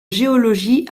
géologie